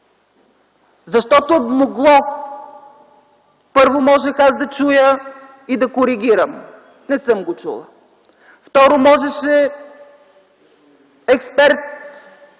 Защото е могло! Първо, можех аз да чуя и да коригирам! - Не съм го чула. Второ, можеше експерт,